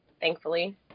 thankfully